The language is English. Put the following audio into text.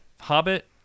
hobbit